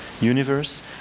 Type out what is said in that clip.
universe